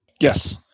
Yes